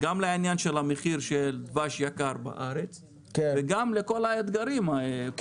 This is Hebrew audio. למחיר הדבש היקר בארץ ולכל האתגרים.